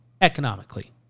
economically